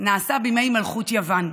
נעשה בימי מלכות יוון.